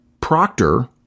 Proctor